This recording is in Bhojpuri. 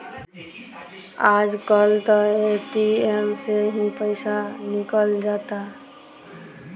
आज कल त ए.टी.एम से ही पईसा निकल जाता